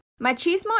Machismo